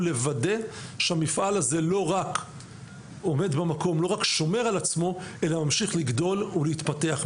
הוא לוודא שהמפעל הזה לא רק שומר על עצמו אלא ממשיך לגדול ולהתפתח.